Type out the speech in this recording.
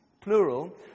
plural